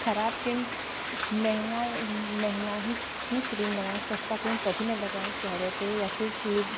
ख़राब किम मेहंगा मेहंगा ही क्रीम लगाएं सस्ता क्रीम कभी ना लगाएं चेहरे पर या फिर